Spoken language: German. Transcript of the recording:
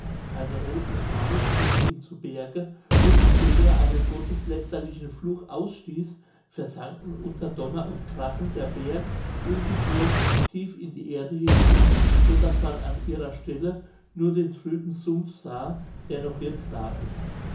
seine rothen haare stiegen ihm zu berge und indem er einen gotteslästerlichen fluch ausstieß versanken unter donner und krachen der berg und die burg tief in die erde hinein so daß man an ihrer stelle nur den trüben sumpf sah der noch jetzt da ist